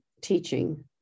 teaching